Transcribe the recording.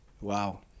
Wow